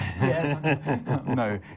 no